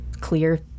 clear